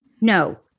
no